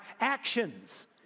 actions